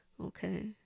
Okay